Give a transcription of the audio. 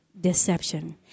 deception